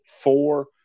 four